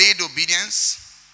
obedience